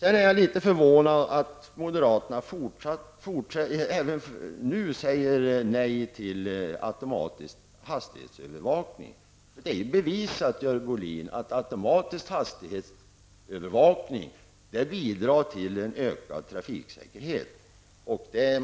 Jag är litet förvånad över att moderaterna fortfarande säger nej till automatisk hastighetsövervakning. Det är bevisat, Görel Bohlin, att automatisk hastighetsövervakning bidrar till ökad trafiksäkerhet.